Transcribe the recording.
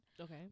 Okay